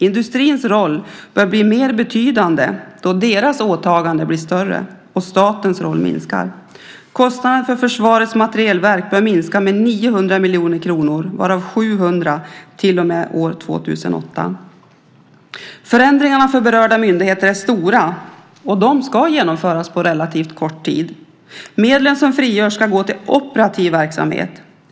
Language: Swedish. Industrins roll bör bli mer betydande då deras åtagande blir större och statens roll minskar. Kostnaderna för Försvarets materielverk bör minska med 900 miljoner kronor, varav 700 till och med år 2008. Förändringarna för berörda myndigheter är stora och ska genomföras på relativt kort tid. Medlen som frigörs ska gå till operativ verksamhet.